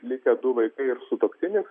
likę du vaikai ir sutuoktinis